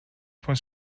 for